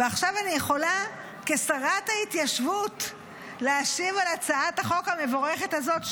עכשיו אני יכולה כשרת ההתיישבות להשיב על הצעת החוק המבורכת הזאת,